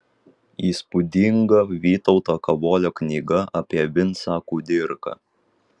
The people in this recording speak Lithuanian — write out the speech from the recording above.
įspūdinga vytauto kavolio knyga apie vincą kudirką